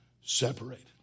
separated